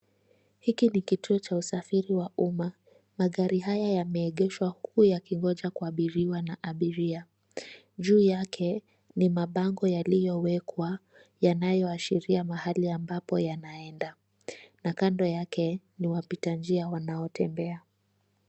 Hiki ni kituo cha usafiri wa umma. Magari haya yameegeshwa huku yakingoja kuabiriwa na abiria. Juu yake ni mabango yaliyowekwa yanayoashiria mahali ambapo yanaenda na kando yake ni wapitanjia wanaotembea.